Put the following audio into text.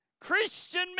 Christian